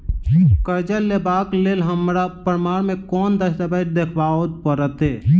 करजा लेबाक लेल हमरा प्रमाण मेँ कोन दस्तावेज देखाबऽ पड़तै?